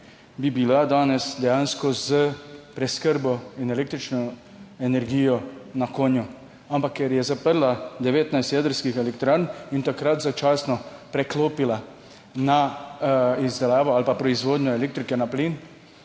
bi bila danes dejansko s preskrbo in električno energijo na konju, ampak ker je zaprla 19 jedrskih elektrarn in takrat začasno preklopila na izdelavo ali pa proizvodnjo elektrike na plin,